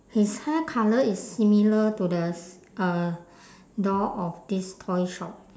his hair colour is similar to the s~ uh door of this toy shop